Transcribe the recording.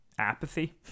apathy